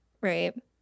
Right